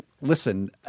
listen